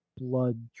blood